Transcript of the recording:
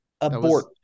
Abort